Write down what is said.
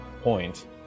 point